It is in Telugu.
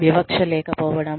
వివక్ష లేకపోవడం